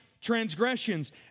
transgressions